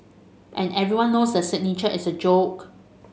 and everyone knows that signature is a joke